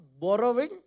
borrowing